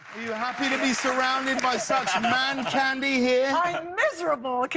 you happy to be surrounded by such man candy here? i am miserable,